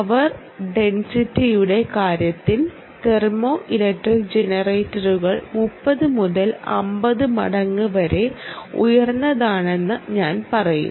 power ഡെൻസിറ്റിയുടെ കാര്യത്തിൽ thermo electric ജനറേറ്ററുകൾ 30 മുതൽ 50 മടങ്ങ് വരെ ഉയർന്നതാണെന്ന് ഞാൻ പറയും